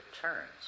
turns